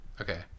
Okay